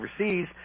overseas